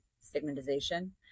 stigmatization